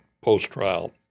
post-trial